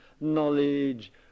knowledge